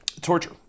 torture